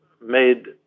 made